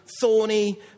thorny